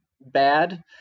bad